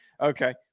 Okay